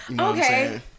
Okay